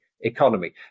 economy